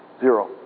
Zero